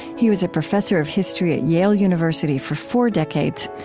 he was professor of history at yale university for four decades.